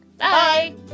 Bye